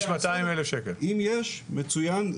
יש 200,000. אם יש מצוין.